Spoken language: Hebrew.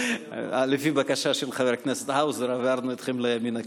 לפי בקשה של חבר הכנסת האוזר העברנו אתכם לימין הקיצוני.